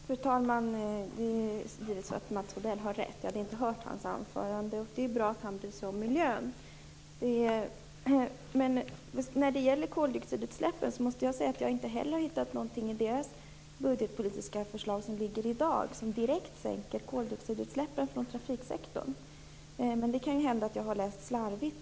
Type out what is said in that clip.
Fru talman! Mats Odell har givetvis rätt. Jag hade inte hört hans anförande när jag höll mitt. Det är bra att han bryr sig om miljön. När det gäller koldioxidutsläppen måste jag säga att jag inte heller har hittat något inslag i det budgetpolitiska förslag som ligger framme som direkt sänker koldioxidutsläppen från trafiksektorn, men det kan hända att jag har läst slarvigt.